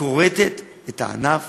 כורתת את הענף